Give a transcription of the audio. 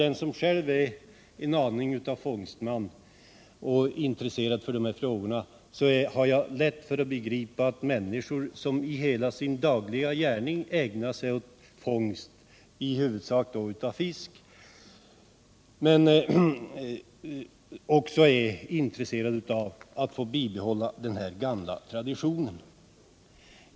Den som själv är en aning av fångstman och intresserad av dessa frågor har lätt att begripa att människor som i hela sin dagliga gärning ägnar sig åt fångst, i huvudsak då av fisk, är intresserade av att få bibehålla också den här gamla traditionen.